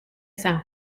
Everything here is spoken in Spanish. san